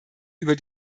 über